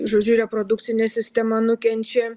žodžiu reprodukcinė sistema nukenčia